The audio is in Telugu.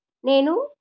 నేను